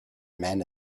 men